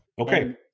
Okay